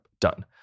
done